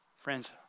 Friends